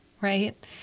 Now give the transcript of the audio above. right